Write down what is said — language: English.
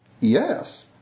Yes